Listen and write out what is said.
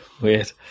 weird